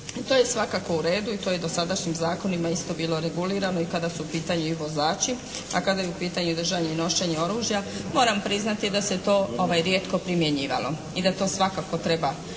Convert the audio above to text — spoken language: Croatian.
To je svakako u redu i to je dosadašnjim zakonima isto bilo regulirano i kada su u pitanju vozači. A kada je u pitanju držanje i nošenje oružja moram priznati da se to rijetko primjenjivalo, i da to svakako treba